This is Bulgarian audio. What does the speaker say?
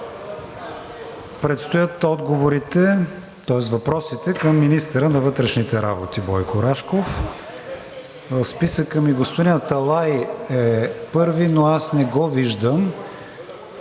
Предстоят въпросите към министъра на вътрешните работи Бойко Рашков. В списъка ми господин Аталай е първи, но аз не го виждам